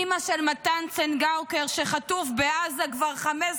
אימא של מתן צנגאוקר שחטוף בעזה כבר 15